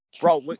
Bro